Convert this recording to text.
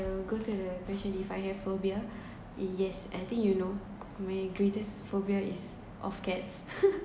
will go to the question if I have phobia yes I think you know my greatest phobia is of cats